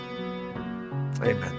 Amen